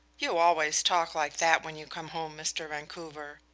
you always talk like that when you come home, mr. vancouver,